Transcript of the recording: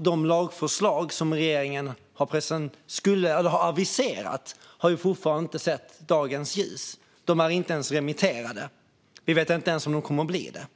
De lagförslag som regeringen har aviserat har fortfarande inte sett dagens ljus. De är inte ens remitterade. Vi vet inte ens om de kommer att bli det.